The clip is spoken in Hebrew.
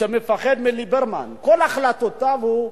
שמפחד מליברמן, כל החלטותיו הן,